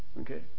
Okay